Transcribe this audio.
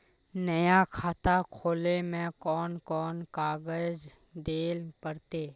नया खाता खोले में कौन कौन कागज देल पड़ते?